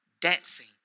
dancing